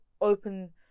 open